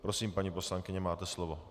Prosím, paní poslankyně, máte slovo.